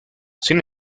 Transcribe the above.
sin